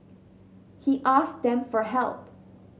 he asked them for help